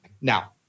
now